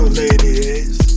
ladies